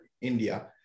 India